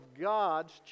god's